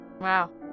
Wow